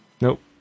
Nope